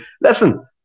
Listen